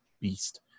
beast